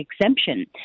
exemption